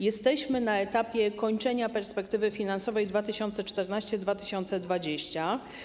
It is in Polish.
Jesteśmy na etapie kończenia perspektywy finansowej 2014-2020.